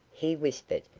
he whispered,